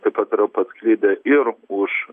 taip pat yra pasklidę ir už